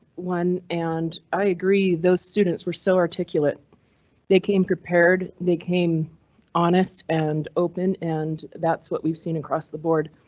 one and i agree those students were so articulate they came prepared. they came honest and open, and that's what we've seen across the board.